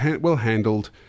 well-handled